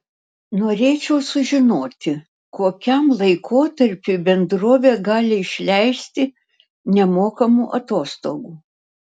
norėčiau sužinoti kokiam laikotarpiui bendrovė gali išleisti nemokamų atostogų